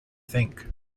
think